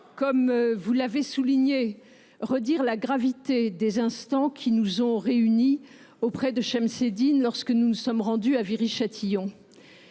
que vous avez soulignée, des instants qui nous ont réunis auprès de Shemseddine lorsque nous nous sommes rendus à Viry Châtillon.